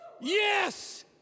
Yes